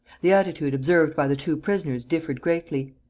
the attitude observed by the two prisoners differed greatly.